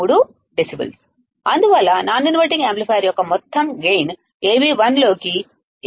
3డెసిబెల్ అందువల్ల non inverting amplifier యొక్క మొత్తం గైన్ Av2 xAv1 1